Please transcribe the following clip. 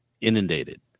inundated